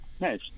Nice